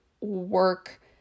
work